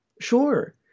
Sure